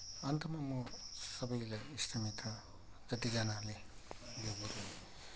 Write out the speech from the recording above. अन्त्यमा म सबैलाई इष्टमित्र जति जनाहरूले यो कुरो